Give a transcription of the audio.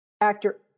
actor